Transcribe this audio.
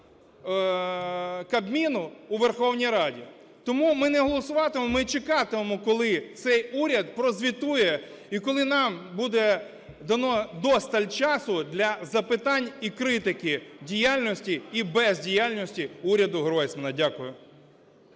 Кабміну у Верховній Раді. Тому ми не голосуватимемо, ми чекатимемо, коли цей уряд прозвітує і коли нам буде дано вдосталь часу для запитань, і критики діяльності, і бездіяльності уряду Гройсмана. Дякую.